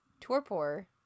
torpor